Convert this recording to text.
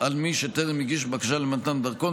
על מי שטרם הגיש בקשה למתן דרכון,